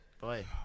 Boy